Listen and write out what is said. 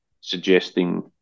suggesting